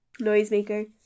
Noisemaker